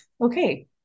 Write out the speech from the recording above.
okay